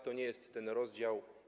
To nie jest ten rozdział.